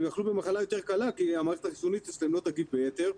הם יחלו במחלה יותר קלה כי המערכת החיסונית אצלם לא תגיב ביתר,